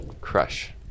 Crush